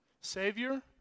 Savior